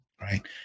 right